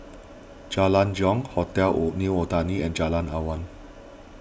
Jalan Jong Hotel Own New Otani and Jalan Awan